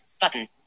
Button